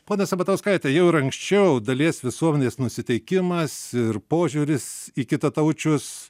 pone sabatauskaite jau ir anksčiau dalies visuomenės nusiteikimas ir požiūris į kitataučius